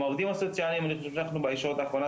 עם העובדים הסוציאליים אנחנו בישורת האחרונה,